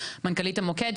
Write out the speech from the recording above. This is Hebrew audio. מנכ"לית המוקד,